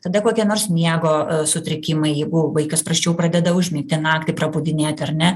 tada kokie nors miego sutrikimai jeigu vaikas prasčiau pradeda užmigti naktį prabudinėt ar ne